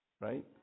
right